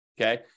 okay